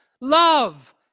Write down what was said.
Love